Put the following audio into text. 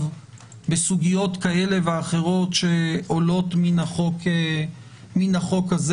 בסוגיות כאלה ואחרות שעולות מן החוק הזה,